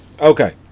okay